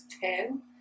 ten